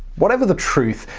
whatever the truth,